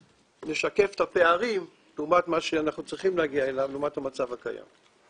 ונשקף את הפערים בין מה שאנחנו צריכים להגיע אליו לעומת המצב הקיים.